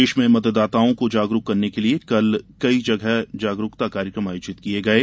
प्रदेश में मतदाताओं को जागरूक करने के लिए कल कई जगह जागरूकता कार्यक्रम आयोजित किये गये